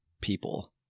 people